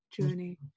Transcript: journey